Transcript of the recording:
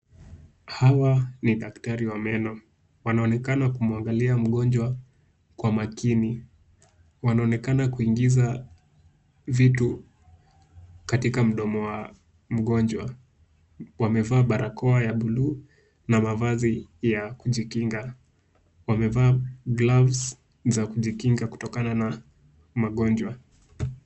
Hawa ni daktari wa meno, wanaonekana kumwangalia mgonjwa kwa makini. Wanaonekana kuingiza vitu katika mdomo wa mgonjwa. Wamevaa barakoa ya bluu na mavazi ya kujikinga. Wamevaa [cs ]gloves za kujikinga kutokana na magonjwa.